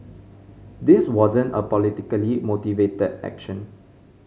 this wasn't a politically motivated action